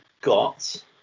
got